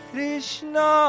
Krishna